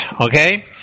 okay